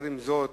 עם זאת,